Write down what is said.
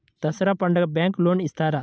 దసరా పండుగ bank loan ఇస్తారా?